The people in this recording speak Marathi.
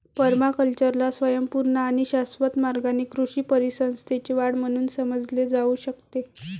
पर्माकल्चरला स्वयंपूर्ण आणि शाश्वत मार्गाने कृषी परिसंस्थेची वाढ म्हणून समजले जाऊ शकते